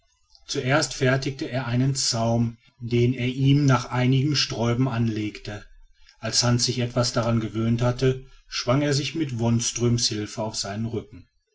zuerst fertigte er einen zaum den er ihm nach einigem sträuben anlegte als hans sich etwas daran gewöhnt hatte schwang er sich mit wonströms hilfe auf seinen rücken